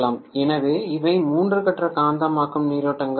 எனவே இவை மூன்று கட்ட காந்தமாக்கும் நீரோட்டங்கள் ஆகும்